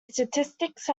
statistics